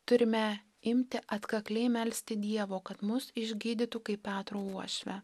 turime imti atkakliai melsti dievo kad mus išgydytų kaip petro uošvę